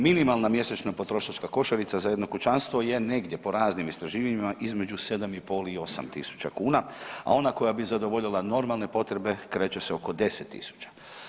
Minimalna mjesečna potrošačka košarica za jedno kućanstvo je negdje po raznim istraživanjima između 7,5 i 8 tisuća kuna, a ona koja bi zadovoljila normalne potrebe kreće se oko 10 tisuća.